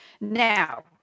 now